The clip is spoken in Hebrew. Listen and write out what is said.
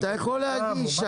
אתה יכול להגיש,